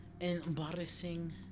Embarrassing